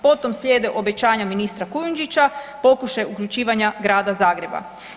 Potom slijede obećanja ministra Kujundžića, pokušaj uključivanja Grada Zagreba.